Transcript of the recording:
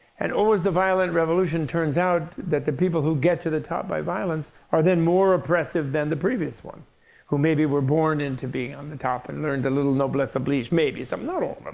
and always the violent revolution turns out that the people who get to the top by violence are then more oppressive than the previous ones who maybe were born into being on the top and learned a little noblesse oblige, maybe, some, not all